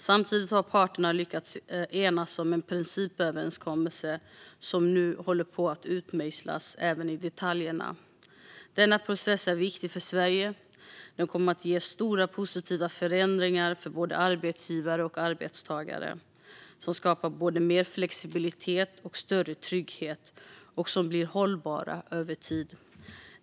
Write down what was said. Samtidigt har parterna lyckats enas om en principöverenskommelse som nu håller på att utmejslas även i detaljerna. Denna process är mycket viktig för Sverige. Den kommer att ge stora positiva förändringar för både arbetsgivare och arbetstagare, som skapar både mer flexibilitet och större trygghet och som blir hållbara över tid.